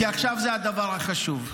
כי עכשיו זה הדבר החשוב.